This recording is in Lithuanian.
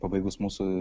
pabaigus mūsų